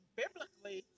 biblically